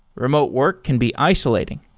remote work can be isolating.